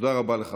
תודה רבה לך,